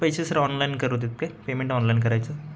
पैसे sir online करूदेत काय पेमेंट ऑनलाईन करायचं